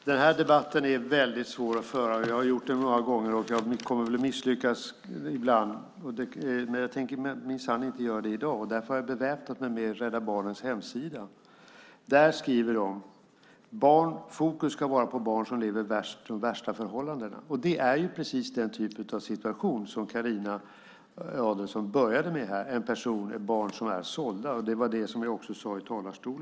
Fru talman! Den här debatten är väldigt svår att föra. Jag har gjort det många gånger och har väl misslyckats ibland. Men jag tänker minsann inte misslyckas i dag, och därför har jag beväpnat mig med utdrag från Rädda Barnens hemsida. Där skriver de att fokus ska vara på barn som lever i de värsta förhållandena. Det är precis den typ av situation som Carina Adolfsson Elgestam tog upp, barn som är sålda. Det var det jag också sade i mitt huvudanförande.